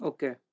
Okay